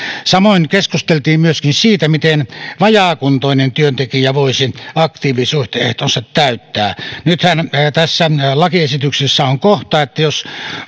samoin keskusteltiin myöskin siitä miten vajaakuntoinen työntekijä voisi aktiivisuusehtonsa täyttää nythän tässä lakiesityksessä on kohta että jos